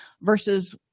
versus